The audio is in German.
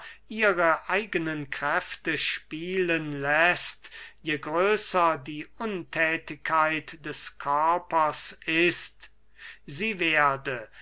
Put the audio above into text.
ihre eigenen kräfte spielen läßt je größer die unthätigkeit des körpers ist sie werde